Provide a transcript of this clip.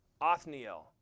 Othniel